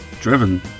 Driven